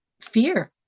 fear